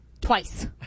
twice